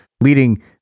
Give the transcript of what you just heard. Leading